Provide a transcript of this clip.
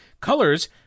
Colors